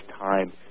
time